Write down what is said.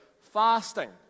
fasting